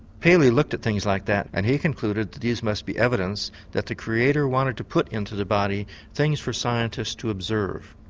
paley looked at things like that and he concluded that these must be evidence that the creator wanted to put into the body things for scientists to observe,